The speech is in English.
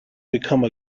become